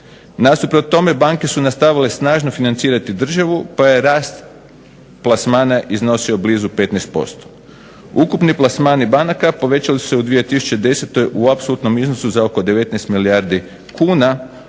Nasuprot tome banke su nastavile snažno financirati državu pa je rast plasmana iznosio blizu 15%. Ukupni plasmani banaka povećali su se u 2010. u apsolutnom iznosu za oko 19 milijardi kuna,